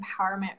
empowerment